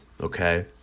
Okay